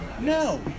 no